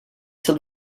till